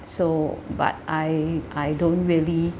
so but I I don't really